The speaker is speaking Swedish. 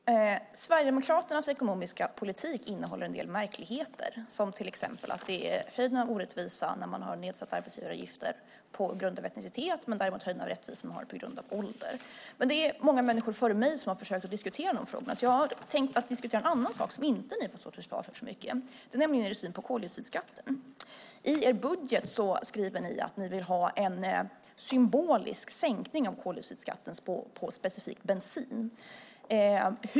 Fru talman! Sverigedemokraternas ekonomiska politik innehåller en del märkligheter, till exempel att det är höjden av orättvisa att ha nedsatta arbetsgivaravgifter på grund av etnicitet men däremot höjden av rättvisa att ha det på grund av ålder. Men det är många människor före mig som har försökt diskutera de frågorna, så jag har tänkt diskutera en annan sak som ni inte har behövt stå till svars för så mycket, nämligen er syn på koldioxidskatten. I er budget skriver ni att ni vill ha en symbolisk sänkning av koldioxidskatten på specifikt bensin.